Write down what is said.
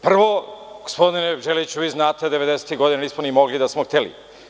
Prvo, gospodine Đeliću, znate da devedesetih godina nismo ni mogli da smo hteli.